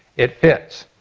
it fits.